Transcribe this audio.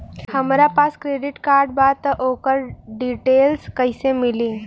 हमरा पास credit card बा त ओकर डिटेल्स कइसे मिली?